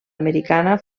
americana